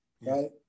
right